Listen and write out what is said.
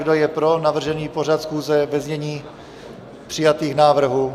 Kdo je pro navržený pořad schůze ve znění přijatých návrhů?